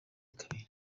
kabiri